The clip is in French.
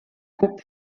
coupe